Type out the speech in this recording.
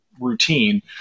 routine